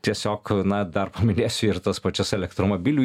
tiesiog na dar paminėsiu ir tas pačias elektromobilių